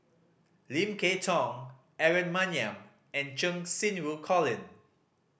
Lim Kay Tong Aaron Maniam and Cheng Xinru Colin